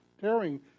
tearing